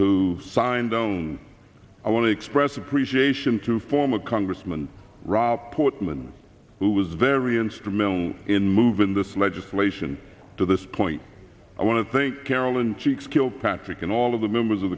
who signed on i want to express appreciation to former congressman rob portman who was very instrumental in move in this legislation to this point i want to think carolyn cheeks kilpatrick and all of the members of